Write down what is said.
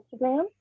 Instagram